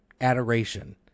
adoration